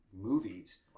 movies